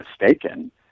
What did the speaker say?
mistaken